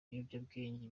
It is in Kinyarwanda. ibiyobyabwenge